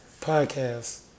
Podcast